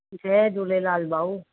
जय झूलेलाल भाऊ